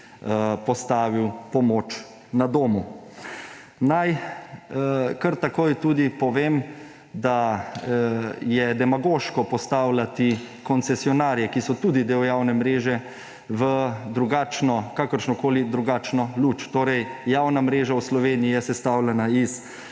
postavil pomoč na domu. Naj kar takoj tudi povem, da je demagoško postavljati koncesionarje, ki so tudi del javne mreže, v kakršnokoli drugačno luč. Javna mreža v Sloveniji je sestavljena iz